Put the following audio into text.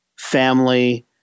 family